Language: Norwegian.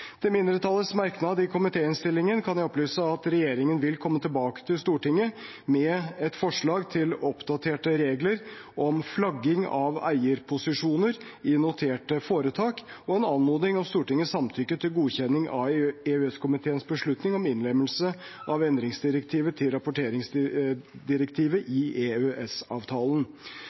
Til mindretallets merknad i komitéinnstillingen kan jeg opplyse at regjeringen vil komme tilbake til Stortinget med et forslag til oppdaterte regler om flagging av eierposisjoner i noterte foretak og en anmodning om Stortingets samtykke til godkjenning av EØS-komiteens beslutning om innlemmelse av endringsdirektivet til rapporteringsdirektivet i